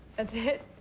that's it?